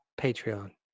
Patreon